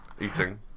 Eating